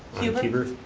huber?